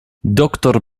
doktor